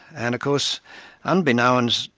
and of course unbeknownst,